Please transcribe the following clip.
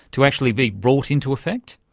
to actually be brought into effect?